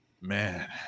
Man